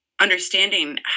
understanding